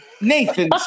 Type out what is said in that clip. Nathan